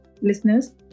listeners